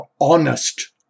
honest